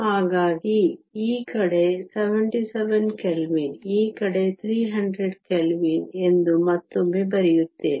ಹಾಗಾಗಿ ಈ ಕಡೆ 77 ಕೆಲ್ವಿನ್ ಈ ಕಡೆ 300 ಕೆಲ್ವಿನ್ ಎಂದು ಮತ್ತೊಮ್ಮೆ ಬರೆಯುತ್ತೇನೆ